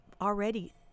already